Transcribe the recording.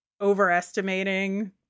overestimating